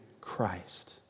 Christ